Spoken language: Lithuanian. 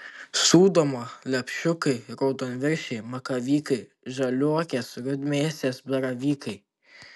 sūdoma lepšiukai raudonviršiai makavykai žaliuokės rudmėsės baravykai